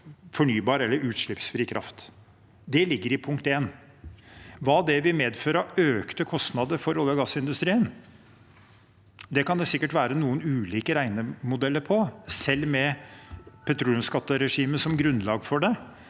fornybar eller utslippsfri kraft. Det ligger i forslag nr. 1. Hva det vil medføre av økte kostnader for olje- og gassindustrien, kan det sikkert være ulike regnemodeller for. Selv med petroleumsskatteregimet som grunnlag for det